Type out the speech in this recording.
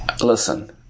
Listen